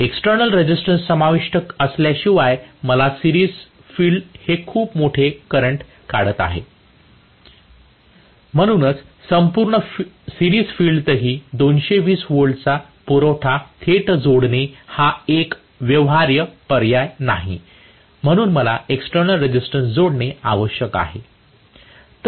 external resistance समाविष्ट असल्याशिवाय मला सिरीज फील्ड हे खूप मोठे खूप मोठे करंट काढत आहे म्हणूनच संपूर्ण सिरीज फील्डतील 220 व्होल्टचा पुरवठा थेट जोडणे हा एक व्यवहार्य पर्याय नाही म्हणून मला एक्स्टर्नल रेजिस्टन्स जोडणे आवश्यक आहे